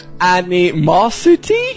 animosity